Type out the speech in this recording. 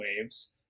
waves